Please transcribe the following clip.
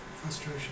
Frustration